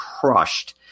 crushed